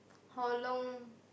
how long